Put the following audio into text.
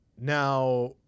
Now